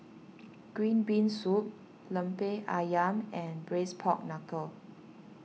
Green Bean Soup Lemper Ayam and Braised Pork Knuckle